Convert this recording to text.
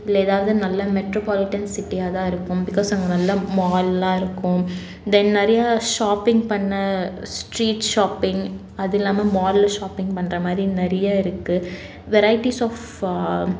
இல்லை ஏதாவது நல்ல மெட்ரோபாலிட்டன் சிட்டியாக தான் இருக்கும் பிகாஸ் அங்கே நல்லா மால்லாம் இருக்கும் தென் நிறையா ஷாப்பிங் பண்ண ஸ்ட்ரீட் ஷாப்பிங் அது இல்லாமல் மாலில் ஷாப்பிங் பண்ணுற மாதிரி நிறைய இருக்கு வெரைட்டீஸ் ஆஃப்